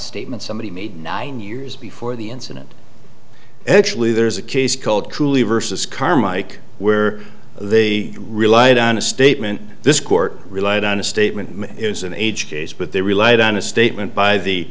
statement somebody made nine years before the incident actually there's a case called cruelly versus carmike where they relied on a statement this court relied on a statement is an age case but they relied on a statement by